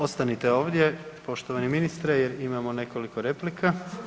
Ostanite ovdje poštovani ministre jer imamo nekoliko replika.